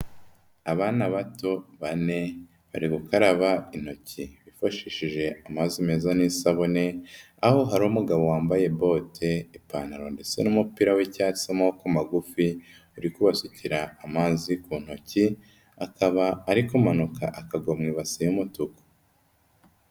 Abana bato bane bari gukaraba intoki bifashishije amazi meza n'isabune, aho hari umugabo wambaye bote, ipantaro ndetse n'umupira w'icyatsi w'amaboko magufi, uri kubasukira amazi ku ntoki, akaba ari kumanuka akagwa mu ibase y'umutuku.